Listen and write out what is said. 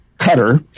cutter